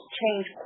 change